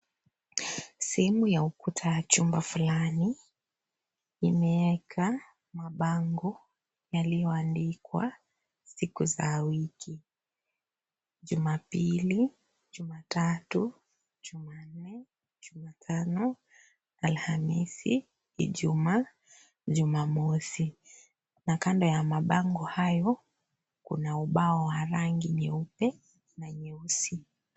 Sehemu ya ukuta ya chumba fulani, imeeka, mabango, yaliyo andikwa, siku za wiki, Juma pili, Juma tatu, Juma nne, Juma tano, Alhamisi, Ijumaa, Juma mosi, na kando ya mabango hayo, kuna ubao wa rangi nyeupe, na nyeusi.